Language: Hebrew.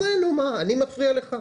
אני מפריע לך?